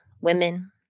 women